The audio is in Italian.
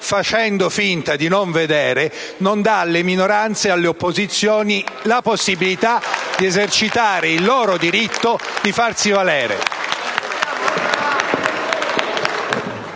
facendo finta di non vedere, non dà alle minoranze e alle opposizioni la possibilità di esercitare il proprio diritto di farsi valere.